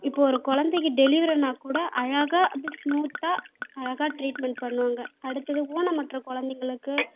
இப்போது ஒரு கொழந்தைக்கு டெலிவரினா கூட அழகாக அப்படியே சுமுத்தா அழகாக டிரீட்மென்ட் பண்ணுவாங்க அடுத்தது ஊனமுற்ற குழந்தைங்களுக்கு